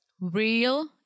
Real